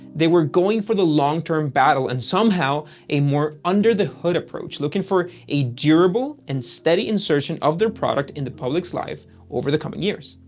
they were looking for the long term battle and somehow a more under the hood approach, looking for a durable and steady insertion of their product in the public's life over the coming years.